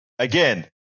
Again